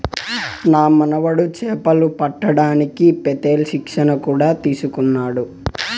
నా మనుమడు చేపలు పట్టడానికి పెత్తేల్ శిక్షణ కూడా తీసుకున్నాడు